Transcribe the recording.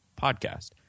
podcast